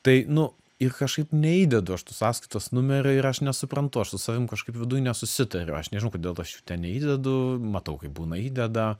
tai nu ir kažkaip neįdedu aš to sąskaitos numerio ir aš nesuprantu aš su savim kažkaip viduj nesusitariu aš nežinau kodėl aš jo ten neįdedu matau kaip būna įdeda